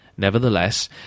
Nevertheless